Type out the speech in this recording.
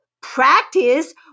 practice